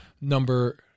Number